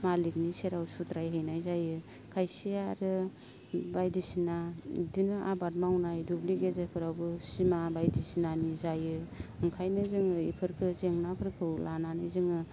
मालिखनि सेराव सुद्रायहैनाय जायो खायसेया आरो बायदिसिना इदिनो आबाद मावनाय दुब्लि गेजेरफोरावबो सिमा बायदिसिनानि जायो ओंखायनो जोङो इफोरखो जेंनाफोरखौ लानानै जोङो